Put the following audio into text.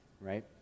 right